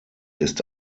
ist